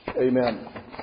Amen